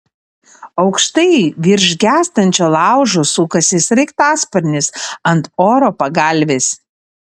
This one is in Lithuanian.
aukštai virš gęstančio laužo sukasi sraigtasparnis ant oro pagalvės